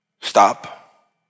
stop